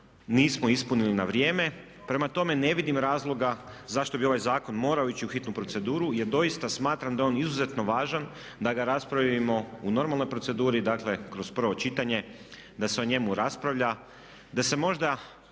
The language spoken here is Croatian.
nismo ispunili na vrijeme. Prema tome ne vidim razloga zašto bi ovaj zakon morao ići u hitnu proceduru jer doista smatram da je on izuzetno važan da ga raspravimo u normalnoj proceduru, dakle kroz prvo čitanje, da se o njemu raspravlja, da se možda